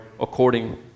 according